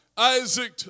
Isaac